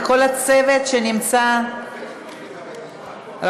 וכל הצוות שנמצא רבותיי,